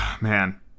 Man